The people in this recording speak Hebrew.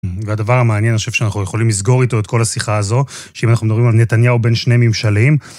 והדבר המעניין, אני חושב שאנחנו יכולים לסגור איתו את כל השיחה הזו, שאם אנחנו מדברים על נתניהו בין שני ממשלים.